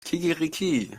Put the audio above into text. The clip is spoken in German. kikeriki